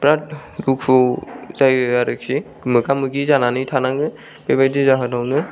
बेराद दुखु जायो आरोखि मोगा मोगि जानानै थानाङो बेबायदि जाहोनावनो